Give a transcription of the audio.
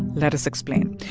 let us explain.